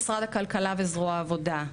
למשל משרד הכלכלה וזרוע העבודה.